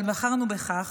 אבל בחרנו בכך,